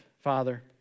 Father